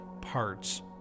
parts